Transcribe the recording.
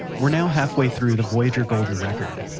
we're now halfway through the voyager golden record.